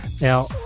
Now